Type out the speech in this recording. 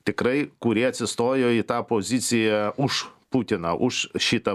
tikrai kurie atsistojo į tą poziciją už putiną už šitą